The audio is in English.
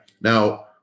Now